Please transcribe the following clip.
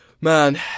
Man